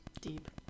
Deep